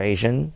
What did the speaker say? Asian